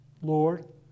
Lord